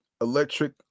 Electric